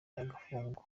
agafungwa